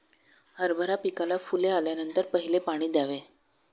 हरभरा पिकाला फुले आल्यानंतर पहिले पाणी द्यावे